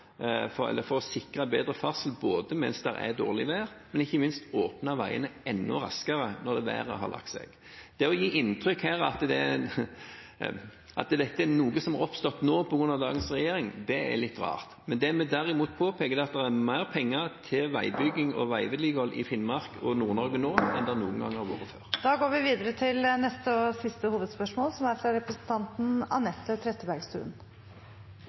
sikre bedre ferdsel mens det er dårlig vær og – ikke minst – for å åpne veiene enda raskere når været har lagt seg. Det å gi inntrykk av at dette er noe som har oppstått nå på grunn av dagens regjering, er litt rart. Men det vi derimot påpeker, er at det er mer penger til veibygging og veivedlikehold i Finnmark og Nord-Norge nå enn det noen gang har vært. Vi går til siste hovedspørsmål. Mitt spørsmål går til kulturministeren. Et sikkert vårtegn er det at årets eliteserie i fotball er